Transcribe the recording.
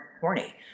horny